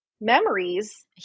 Memories